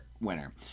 winner